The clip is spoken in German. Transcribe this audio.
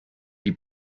die